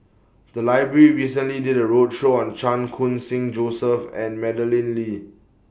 The Library recently did A roadshow on Chan Khun Sing Joseph and Madeleine Lee